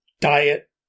diet